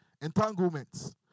entanglements